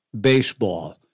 baseball